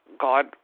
God